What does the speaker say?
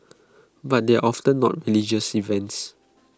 but they are often not religious events